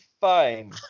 fine